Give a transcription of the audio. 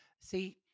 See